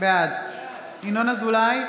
בעד ינון אזולאי,